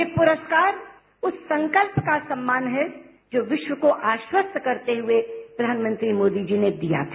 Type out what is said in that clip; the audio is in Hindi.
ये पुरस्कार उस संकल्प का सम्मान है जो विश्व को आश्वस्त करते हुए प्रधानमंत्री मोदी जी ने दिया था